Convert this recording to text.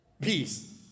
Peace